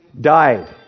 died